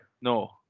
No